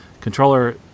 Controller